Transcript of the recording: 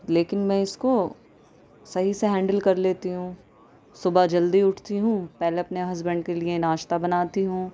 لیکن میں اس کو صحیح سے ہینڈل کر لیتی ہوں صبح جلدی اٹھتتی ہوں پہلے اپنے ہسبینڈ کے لیے ناشتہ بناتی ہوں